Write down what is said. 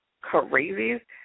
Crazy